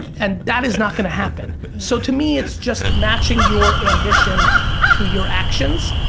and that is not going to happen. so to me, it's just matching your ambition to your actions.